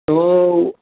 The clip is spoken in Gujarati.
તો